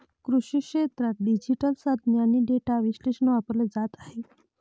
कृषी क्षेत्रात डिजिटल साधने आणि डेटा विश्लेषण वापरले जात आहे